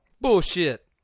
Bullshit